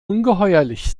ungeheuerlich